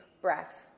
breaths